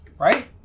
Right